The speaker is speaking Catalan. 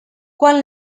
quan